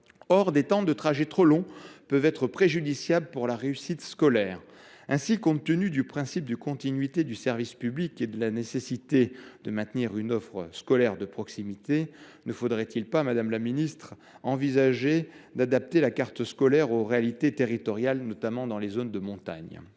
: des temps de trajet trop longs peuvent être préjudiciables à la réussite scolaire. Ainsi, madame la ministre, en application du principe de continuité du service public et compte tenu de la nécessité de maintenir une offre scolaire de proximité, ne faudrait il pas envisager d’adapter la carte scolaire aux réalités territoriales, notamment dans les zones de montagne ?